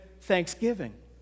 thanksgiving